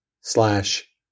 slash